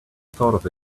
thought